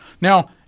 Now